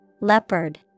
Leopard